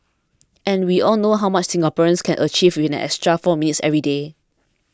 and we all know how much Singaporeans can achieve with an extra four minutes every day